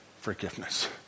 forgiveness